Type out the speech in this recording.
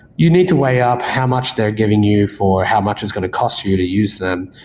you need to weigh up how much they're giving you for how much is going to cost you you to use them.